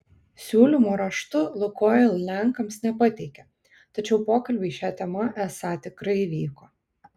siūlymo raštu lukoil lenkams nepateikė tačiau pokalbiai šia tema esą tikrai vyko